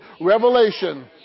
Revelation